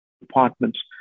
departments